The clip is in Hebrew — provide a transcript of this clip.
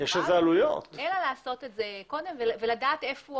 לטפל בזה אלא לעשות את זה קודם ולדעת היכן